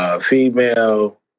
Female